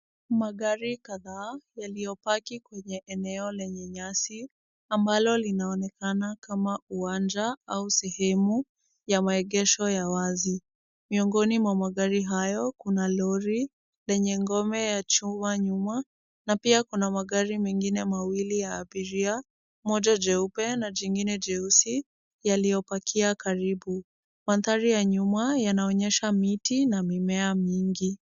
Magari kadhaa yaliyopaki kwenye eneo lenye nyasi ambalo linaonekana kama uwanja au seheme ya maegesho ya wazi. Miongoni mwa magari hayo kuna lori lenye ngome ya chuma nyuma na pia kuna magari mengine mawili ya abiria. Moja jeupe na jingine jeusi yaliyopakia karibu. Mandhari ya nyuma yanaonyesha miti na mimea mingi.